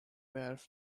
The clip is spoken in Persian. برف